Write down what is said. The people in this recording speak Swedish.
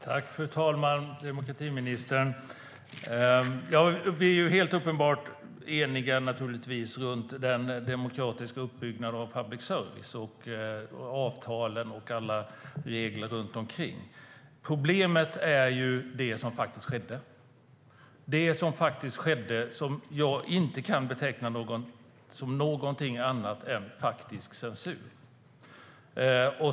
Fru talman! Vi är naturligtvis helt eniga om den demokratiska uppbyggnaden av public service, avtalen och alla regler runt omkring. Problemet är det som faktiskt skedde och som jag inte kan beteckna som någonting annat än censur.